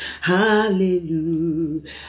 Hallelujah